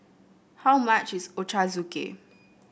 how much is Ochazuke